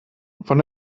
von